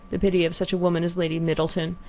the pity of such a woman as lady middleton!